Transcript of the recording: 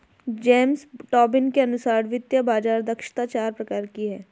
James Tobin के अनुसार वित्तीय बाज़ार दक्षता चार प्रकार की है